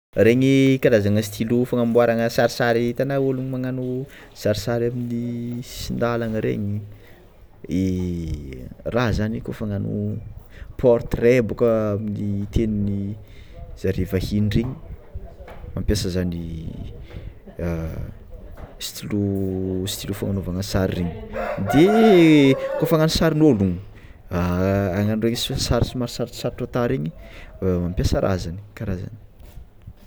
Regny karazana stylo fangamboaragna sarisary hitanao ôlo magnano sarisary amin'ny sisindalagna regny raha zany kôfa hagnano portrait bôka tian'i zareo vahiny regny mampiasa zany stylo fagnanaovagna sary regny, de kôfa hagnano sarin'ôlogno hagnano regny sary somary sarotsarotra ata regny mampiasa raha zany karazagny.